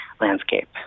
landscape